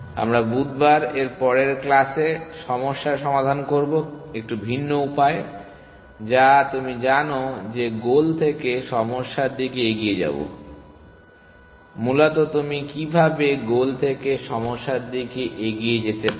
আমরা বুধবার এর পরের ক্লাসে সমস্যা সমাধান করবো একটু ভিন্ন উপায়ে যা তুমি জানো যে গোল থেকে সমস্যার দিকে এগিয়ে যাবো মূলত তুমি কীভাবে গোল থেকে সমস্যার দিকে এগিয়ে যেতে পারো